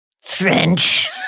French